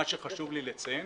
מה שחשוב לי לציין,